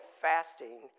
fasting